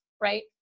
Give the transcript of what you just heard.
right